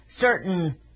certain